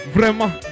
Vraiment